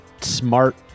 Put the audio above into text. smart